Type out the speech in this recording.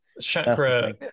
Chakra